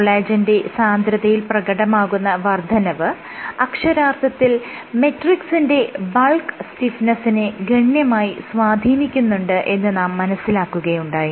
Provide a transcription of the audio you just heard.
കൊളാജെന്റെ സാന്ദ്രതയിൽ പ്രകടമാകുന്ന വർദ്ധനവ് അക്ഷരാർത്ഥത്തിൽ മെട്രിക്സിന്റെ ബൾക്ക് സ്റ്റിഫ്നെസ്സിനെ ഗണ്യമായി സ്വാധീനിക്കുന്നുണ്ട് എന്ന് നാം മനസ്സിലാക്കുകയുണ്ടായി